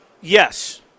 Yes